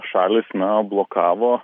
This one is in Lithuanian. šalys na blokavo